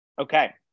Okay